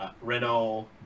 Renault